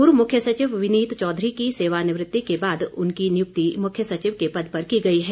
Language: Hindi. पूर्व मुख्य सचिव विनीत चौधरी की सेवा निवृति के बाद उनकी नियुक्ति मुख्य सचिव के पद पर की गई है